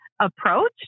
approach